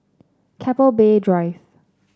Keppel Bay Drive